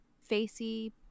facey